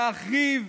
להחריב,